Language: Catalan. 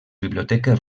biblioteques